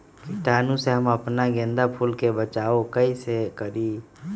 कीटाणु से हम अपना गेंदा फूल के बचाओ कई से करी?